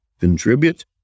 contribute